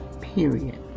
Period